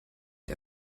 der